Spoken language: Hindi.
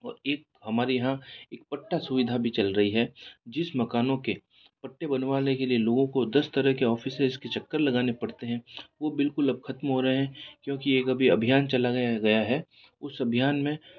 और एक हमारे यहाँ एक पट्टा सुविधा भी चल रही है जिस मकानों के पट्टे बनवाने के लिए लोगों को दस तरह के ऑफिसेज के चक्कर लगाने पड़ते हैं वो बिल्कुल अब खत्म हो रहे हैं क्योंकि एक अभी अभियान चला गया गया है उस अभियान में